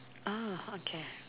ah okay